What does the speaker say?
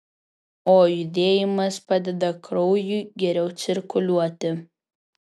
o judėjimas padeda kraujui geriau cirkuliuoti